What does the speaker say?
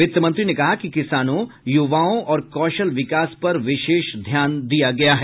वित्त मंत्री ने कहा कि किसानों युवाओं और कौशल विकास पर विशेष ध्यान दिया गया है